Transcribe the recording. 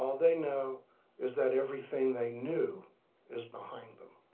ah they know is that everything they knew is behind them,